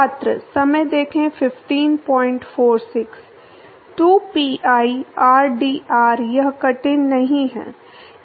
2 pi r d r यह कठिन नहीं है